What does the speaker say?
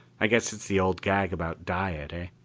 i guess it's the old gag about diet, ah?